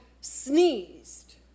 sneezed